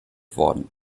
worden